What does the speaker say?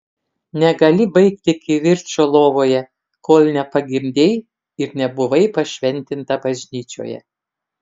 negali baigti kivirčo lovoje kol nepagimdei ir nebuvai pašventinta bažnyčioje